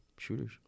Shooters